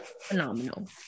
phenomenal